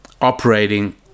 operating